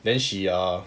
then she ah